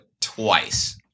twice